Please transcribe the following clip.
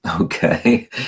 Okay